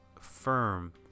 firm